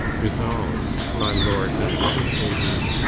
resolve, my lords and loving soldiers,